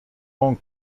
von